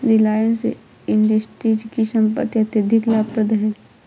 Reliance Industries की संपत्ति अत्यधिक लाभप्रद है